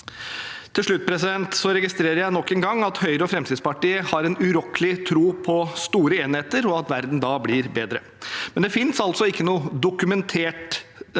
Til slutt: Jeg registrerer nok en gang at Høyre og Fremskrittspartiet har en urokkelig tro på store enheter og at verden da blir bedre, men det er altså ikke dokumentert